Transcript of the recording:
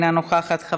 אינה נוכחת,